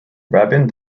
rabin